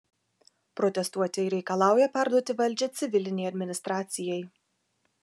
protestuotojai reikalauja perduoti valdžią civilinei administracijai